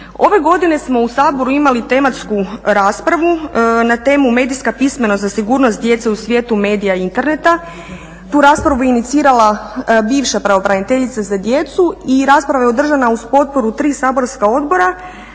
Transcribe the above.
Ove godine smo u Saboru imali tematsku raspravu na temu "Medijska pismenost za sigurnost djece u svijetu medija i interneta". Tu raspravu je inicirala bivša pravobraniteljica za djecu i rasprava je održana uz potporu tri saborska odbora.